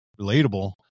relatable